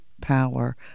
power